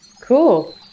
Cool